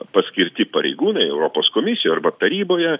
paskirti pareigūnai europos komisijoj arba taryboje